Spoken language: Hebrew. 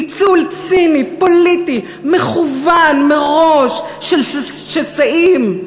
ניצול ציני, פוליטי, מכוון מראש, של שסעים.